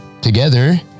together